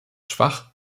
schwach